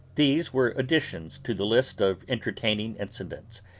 these were additions to the list of entertaining incidents,